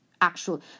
actual